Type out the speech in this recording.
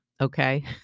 Okay